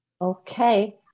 Okay